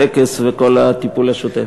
טקס וכל הטיפול השוטף.